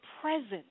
presence